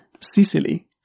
Sicily